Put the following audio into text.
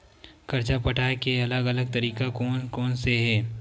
कर्जा पटाये के अलग अलग तरीका कोन कोन से हे?